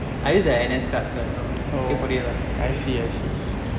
I use the N_S card so I don't know முடியும்லா:mudiyumla